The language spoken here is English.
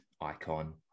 icon